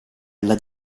alla